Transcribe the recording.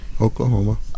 Oklahoma